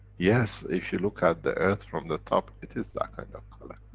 yes, if you look at the earth from the top, it is that kind of color.